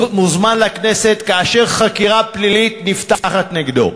מוזמן לכנסת כאשר חקירה פלילית נפתחת נגדו.